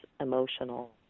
emotional